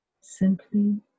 Simply